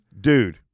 Dude